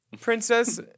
Princess